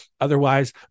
Otherwise